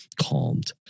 calmed